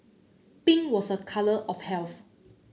pink was a colour of health